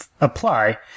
apply